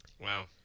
Wow